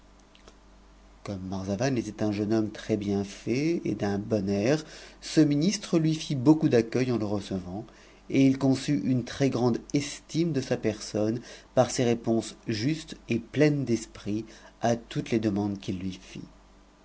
comme marzavan était un jeune homme très-bien fait et d'un bou o ce ministre lui fit beaucoup d'accueil en le recevant et il conçut une trj grande estime de sa personne par ses réponses justes et pleines d'psnr à toutes les demandes qu'il lui